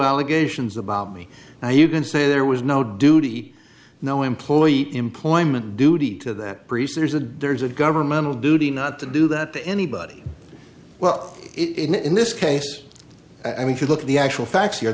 allegations about me now you can say there was no duty no employee employment duty to that greaser is a there's a governmental duty not to do that to anybody well it in this case i mean if you look at the actual facts